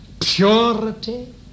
purity